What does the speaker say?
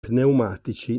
pneumatici